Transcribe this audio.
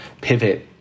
pivot